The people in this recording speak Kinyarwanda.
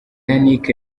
yannick